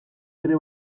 ere